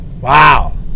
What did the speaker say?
wow